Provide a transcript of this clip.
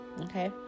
okay